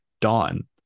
Dawn